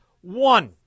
one